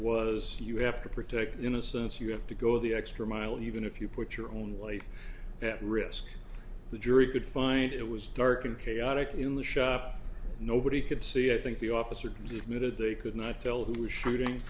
was you have to protect innocence you have to go the extra mile and even if you put your own life at risk the jury could find it was dark and chaotic in the shop nobody could see i think the officer the admitted they could not tell who was shooting